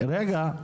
רגע,